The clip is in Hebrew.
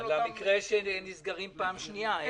במקרה שהם נסגרים פעם שנייה.